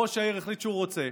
ראש העיר החליט שהוא רוצה.